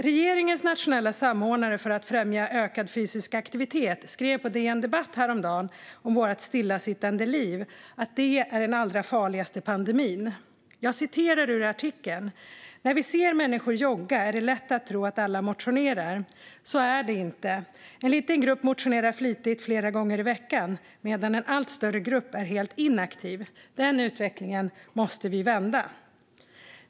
Regeringens nationella samordnare för att främja ökad fysisk aktivitet skrev på DN Debatt häromdagen om att vårt stillasittande liv är den allra farligaste pandemin. Jag citerar ur artikeln: "När vi ser människor jogga är det lätt att tro att alla motionerar. Så är det inte. En liten grupp motionerar flitigt flera gånger i veckan, medan en allt större grupp är helt inaktiv. Den utvecklingen måste vi vända."